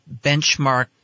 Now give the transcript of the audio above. benchmark